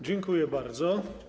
Dziękuję bardzo.